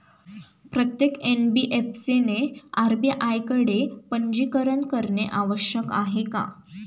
प्रत्येक एन.बी.एफ.सी ने आर.बी.आय कडे पंजीकरण करणे आवश्यक आहे का?